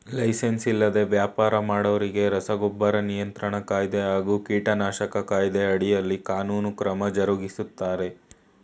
licence ಇಲ್ದೆ ವ್ಯಾಪರ ಮಾಡೋರಿಗೆ ರಸಗೊಬ್ಬರ ನಿಯಂತ್ರಣ ಕಾಯ್ದೆ ಹಾಗೂ ಕೀಟನಾಶಕ ಕಾಯ್ದೆ ಅಡಿಯಲ್ಲಿ ಕಾನೂನು ಕ್ರಮ ಜರುಗಿಸ್ತಾರೆ